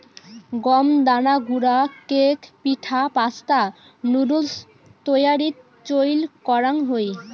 গম দানা গুঁড়া কেক, পিঠা, পাস্তা, নুডুলস তৈয়ারীত চইল করাং হই